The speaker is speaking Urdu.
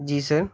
جی سر